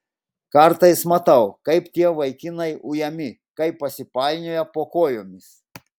kartais matau kaip tie vaikai ujami kai pasipainioja po kojomis